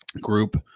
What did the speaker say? group